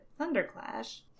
Thunderclash